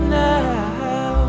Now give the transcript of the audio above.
now